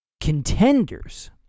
contenders